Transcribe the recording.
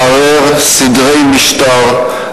לערער סדרי משטר,